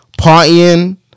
partying